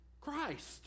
Christ